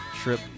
trip